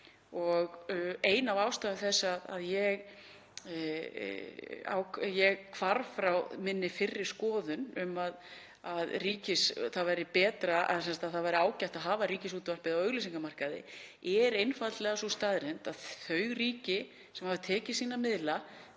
Ein af ástæðum þess að ég hvarf frá minni fyrri skoðun um að ágætt væri að hafa Ríkisútvarpið á auglýsingamarkaði er einfaldlega sú staðreynd að þau ríki sem hafa tekið sína miðla